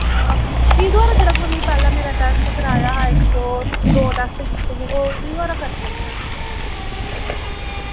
ते फ्ही दोआरै करने जेह्ड़ा मेरा फैह्लें टेस्ट कराया इक्क ओह् दौ टेस्ट हे ओह् भी दोआरा करने